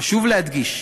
חשוב להדגיש,